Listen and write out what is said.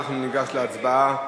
אנחנו ניגש להצבעה,